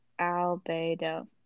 Albedo